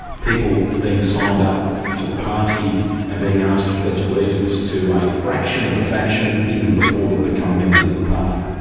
people are being signed up to the party and being asked to pledge allegiance to a fraction of a faction even before they've become members of the party,